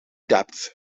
depth